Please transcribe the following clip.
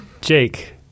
Jake